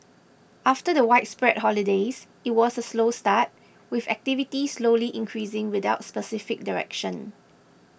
after the widespread holidays it was a slow start with activity slowly increasing without specific direction